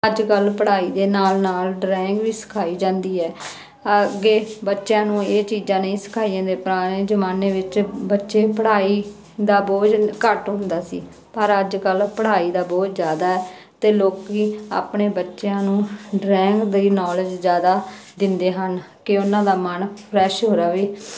ਅੱਜ ਕੱਲ੍ਹ ਪੜ੍ਹਾਈ ਦੇ ਨਾਲ ਨਾਲ ਡਰਾਇੰਗ ਵੀ ਸਿਖਾਈ ਜਾਂਦੀ ਹੈ ਅੱਗੇ ਬੱਚਿਆਂ ਨੂੰ ਇਹ ਚੀਜ਼ਾਂ ਨਹੀਂ ਸਿਖਾਈਆਂ ਪੁਰਾਣੇ ਜ਼ਮਾਨੇ ਵਿੱਚ ਬੱਚੇ ਪੜ੍ਹਾਈ ਦਾ ਬੋਝ ਘੱਟ ਹੁੰਦਾ ਸੀ ਪਰ ਅੱਜ ਕੱਲ੍ਹ ਪੜ੍ਹਾਈ ਦਾ ਬੋਝ ਜ਼ਿਆਦਾ ਅਤੇ ਲੋਕ ਆਪਣੇ ਬੱਚਿਆਂ ਨੂੰ ਡਰਾਇੰਗ ਦੀ ਨੌਲੇਜ ਜ਼ਿਆਦਾ ਦਿੰਦੇ ਹਨ ਕਿ ਉਹਨਾਂ ਦਾ ਮਨ ਫਰੈਸ਼ ਰਹੇ